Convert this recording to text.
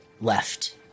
left